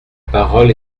parole